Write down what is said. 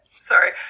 Sorry